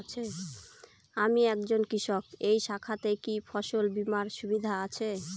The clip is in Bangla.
আমি একজন কৃষক এই শাখাতে কি ফসল বীমার সুবিধা আছে?